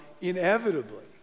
inevitably